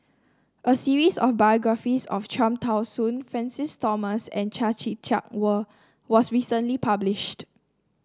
a series of biographies of Cham Tao Soon Francis Thomas and Chia Tee Chiak were was recently published